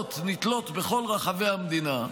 מודעות נתלות בכל רחבי המדינה,